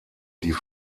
die